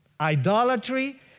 Idolatry